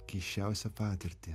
keisčiausią patirtį